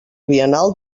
biennal